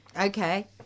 Okay